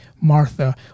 Martha